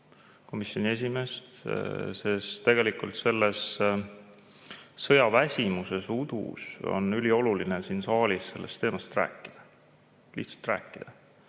komisjoni esimeest, sest tegelikult selles sõjaväsimuses, udus on ülioluline siin saalis sellest teemast rääkida. Lihtsalt rääkida,